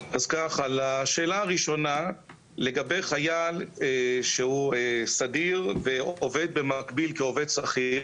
לשאלה הראשונה לגבי חייל שהוא סדיר ועובד במקביל כעובד שכיר,